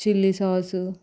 chilli sauce